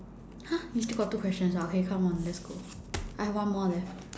!huh! you still got two questions ah okay come on let's go I have one more left